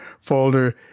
folder